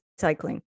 recycling